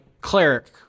cleric